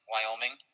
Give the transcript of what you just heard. Wyoming